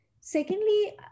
Secondly